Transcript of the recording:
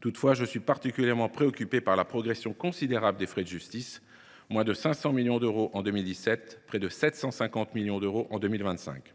Toutefois, je suis particulièrement préoccupé par la progression considérable des frais de justice, qui seront passés de moins de 500 millions d’euros en 2017 à près de 750 millions d’euros en 2025.